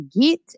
get